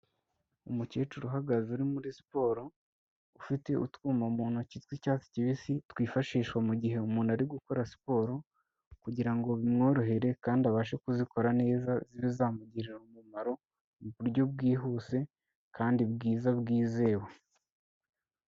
Umukecuru uhagaze uri muri siporo, ufite utwuma mu ntoki tw'icyatsi kibisi, twifashishwa mu gihe umuntu ari gukora siporo kugira ngo bimworohere kandi abashe kuzikora neza zibe zamugirira umumaro mu buryo bwihuse kandi bwiza bwizewe.